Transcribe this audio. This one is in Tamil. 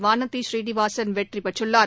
வானதி சீனிவாசன் வெற்றி பெற்றுள்ளார்